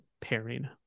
pairing